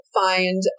find